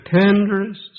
tenderest